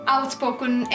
Outspoken